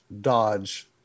dodge